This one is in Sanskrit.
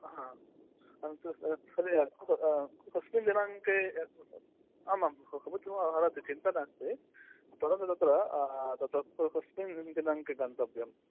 हा परन्तु तत् सर्वे हा कस्मिन् दिनाङ्के आमां भवितुम् अर्हति चिन्ता नास्ति परन्तु तत्र तत्र क कस्मिन् दिनाङ्के गन्तव्यम्